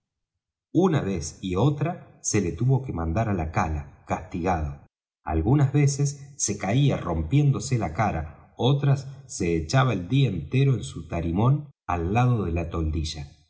una vez y otra se le tuvo que mandar á la cala castigado algunas veces se caía rompiéndose la cara otras se echaba el día entero en su tarimón al lado de la toldilla